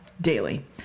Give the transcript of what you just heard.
daily